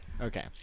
Okay